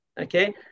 okay